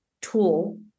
tool